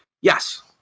Yes